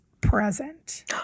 present